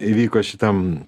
įvyko šitam